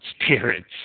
spirits